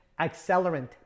accelerant